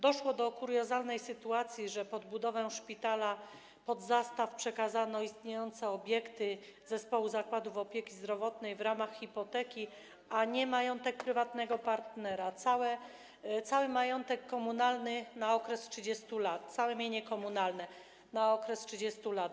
Doszło do kuriozalnej sytuacji, że pod budowę szpitala pod zastaw przekazano istniejące obiekty zespołu zakładów opieki zdrowotnej w ramach hipoteki, a nie majątek prywatnego partnera - cały majątek komunalny na okres 30 lat, całe mienie komunalne na okres 30 lat.